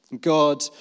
god